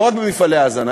לא רק במפעלי ההזנה,